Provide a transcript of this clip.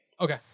Okay